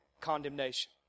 condemnation